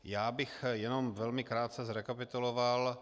Já bych jenom velmi krátce zrekapituloval.